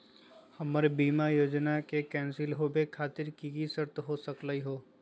हमर बीमा योजना के कैन्सल होवे खातिर कि कि शर्त हो सकली हो?